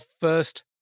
first